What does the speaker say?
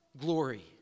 glory